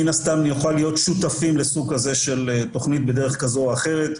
מן הסתם נוכל להיות שותפים לסוג כזה של תוכנית בדרך כזו או אחרת.